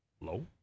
Low